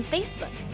Facebook